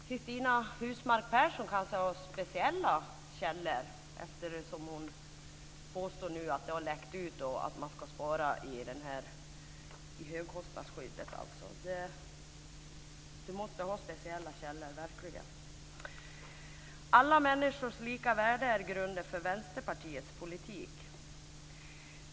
Cristina Husmark Pehrsson måste verkligen ha speciella källor eftersom hon kan påstå att det har läckt ut att man ska spara i högkostnadsskyddet. Alla människors lika värde är grunden för Vänsterpartiets politik.